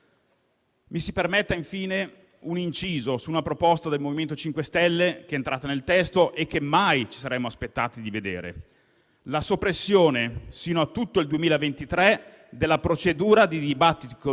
Mi si permetta poi un inciso su una proposta del MoVimento 5 Stelle che è entrata nel testo e che mai ci saremmo aspettati di vedere: la soppressione sino a tutto il 2023 della procedura di dibattito pubblico